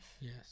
Yes